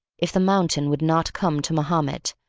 if the mountain would not come to mahomet,